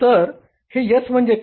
तर S म्हणजे काय